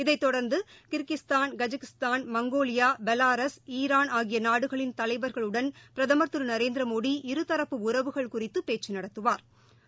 இதை தொடர்ந்து Kyrgyzstan Kazakhstan Mongolia Belarus Iran ஆகிய நாடுகளின் தலைவா்களுடன் பிரதமா் திரு நரேந்திரமோடி இருதரப்பு உறவுகள் குறித்து பேச்சு நடத்துவாா்